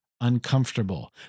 uncomfortable